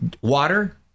Water